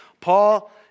Paul